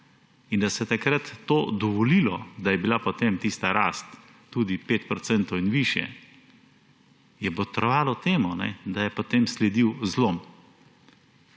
In da se je takrat dovolilo, da je bila potem tista rast tudi 5 % in višje, je botrovalo temu, da je potem sledil zlom.